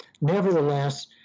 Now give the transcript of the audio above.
Nevertheless